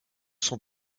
son